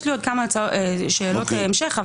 יש לי עוד כמה שאלות בהמשך,